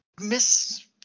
Miss